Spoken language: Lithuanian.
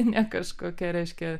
ne kažkokia reiškia